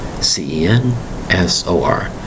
C-E-N-S-O-R